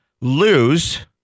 lose